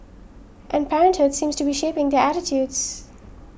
and parenthood seems to be shaping their attitudes